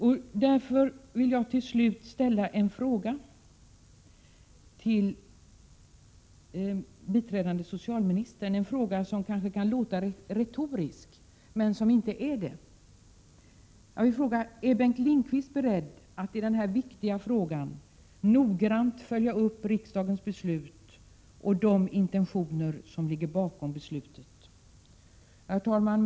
Jag vill med anledning av detta avsluta med att ställa en fråga till biträdande socialministern, en fråga som kanske kan låta retorisk men inte är det. Är Bengt Lindqvist beredd att i detta viktiga spörsmål noggrant följa upp riksdagens beslut och de intentioner som ligger bakom beslutet? Herr talman!